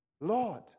Lord